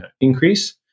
increase